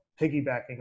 piggybacking